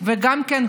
זה כבר מחר.